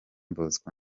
bosco